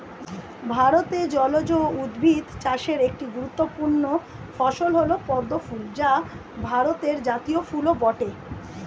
ভারতে জলজ উদ্ভিদ চাষের একটি গুরুত্বপূর্ণ ফসল হল পদ্ম ফুল যা ভারতের জাতীয় ফুলও বটে